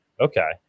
Okay